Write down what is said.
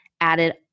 added